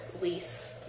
lease